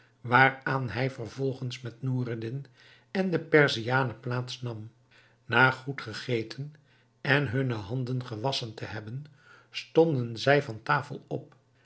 waaraan hij vervolgens met noureddin en de perziane plaats nam na goed gegeten en hunne handen gewasschen te hebben stonden zij van tafel op